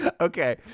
Okay